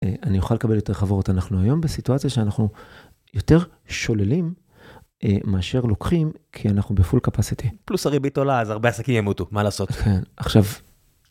אני אוכל לקבל יותר חברות, אנחנו היום בסיטואציה שאנחנו יותר שוללים מאשר לוקחים, כי אנחנו בפול קפסיטי. פלוס הריבית עולה, אז הרבה עסקים ימותו, מה לעשות? כן, עכשיו...